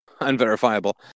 unverifiable